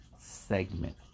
segment